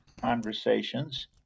conversations